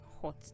hot